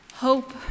Hope